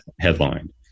headlined